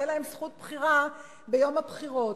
תהיה להם זכות בחירה ביום הבחירות.